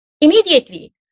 Immediately